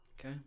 Okay